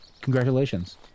Congratulations